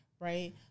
right